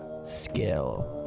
skill.